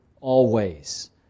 always